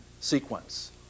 sequence